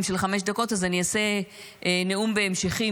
של חמש דקות אז אני אעשה נאום בהמשכים,